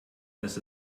dass